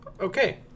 okay